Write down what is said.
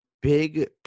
big